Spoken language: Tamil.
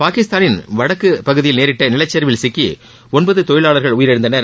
பாகிஸ்தானின் வடக்குப் பகுதியில் நேரிட்ட நிலச்சரிவில் சிக்கி ஒன்பது தொழிலாளர்கள் உயிரிழந்தனர்